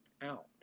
out